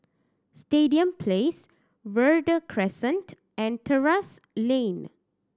Stadium Place Verde Crescent and Terrasse Lane